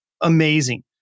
Amazing